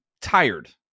tired